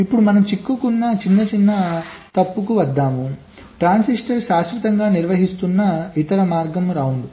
ఇప్పుడు మనం చిక్కుకున్న చిన్న తప్పుకు వద్దాం ట్రాన్సిస్టర్ శాశ్వతంగా నిర్వహిస్తున్న ఇతర మార్గం రౌండ్